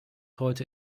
heute